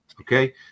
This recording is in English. okay